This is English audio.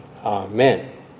Amen